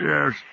Yes